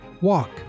Walk